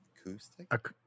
Acoustic